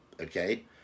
okay